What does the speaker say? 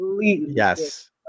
Yes